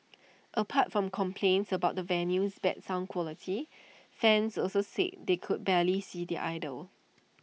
apart from complaints about the venue's bad sound quality fans also said they could barely see their idol